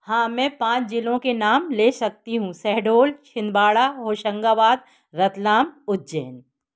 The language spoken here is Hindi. हाँ मैं पाँच जिलों के नाम ले सकती हूँ शहडोल छिंदवाडा होसंगाबाद रतलाम उज्जैन